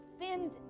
defend